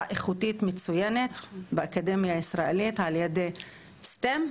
איכותית ומצוינת באקדמיה הישראלית ע"י STEM,